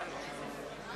וניתן לו.